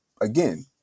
again